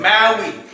Maui